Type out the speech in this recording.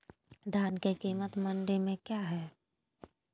धान के कीमत मंडी में क्या है?